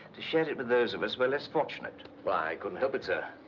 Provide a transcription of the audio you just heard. to share it it with those of us who are less fortunate. why, i couldn't help it, sir.